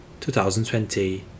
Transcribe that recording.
2020